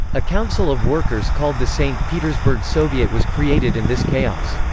a council of workers called the st. petersburg soviet was created in this chaos.